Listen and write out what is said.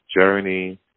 journey